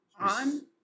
on